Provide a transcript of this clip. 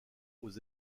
aux